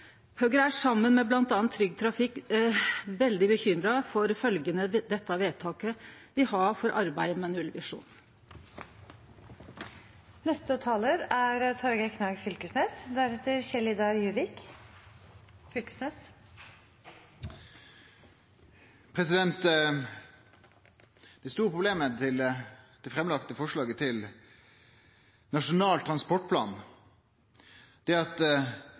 Høgre er saman med bl.a. Trygg Trafikk veldig bekymra for følgjene dette vedtaket vil ha for arbeidet med nullvisjonen. Det store problemet med det framlagte forslaget til Nasjonal transportplan er